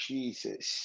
Jesus